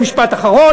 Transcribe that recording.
מסיים, משפט אחרון.